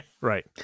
right